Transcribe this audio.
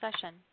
session